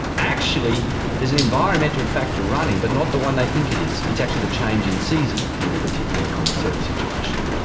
actually there's an environmental factor running but not the one they think it is. it's actually the change in season in the particular kind of set of situations.